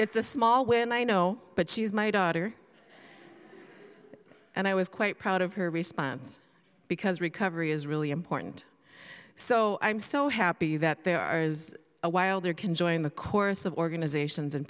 it's a small when i know but she's my daughter and i was quite proud of her response because recovery is really important so i'm so happy that there are is a wilder can join the chorus of organizations and